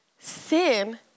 sin